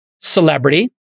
celebrity